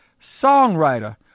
songwriter